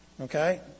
Okay